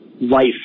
life